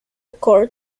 cord